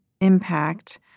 impact